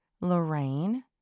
Lorraine